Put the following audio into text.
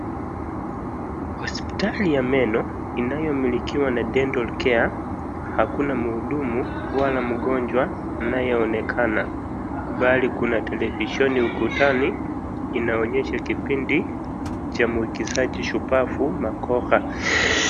Hospitali ya meno inayomilikiwa na dental care hakuna mhudumu wala mgonjwa anayeonekana bali kuna televisheni ukutani inaonyesha kipindi cha mwigizaji shupavu Magoha.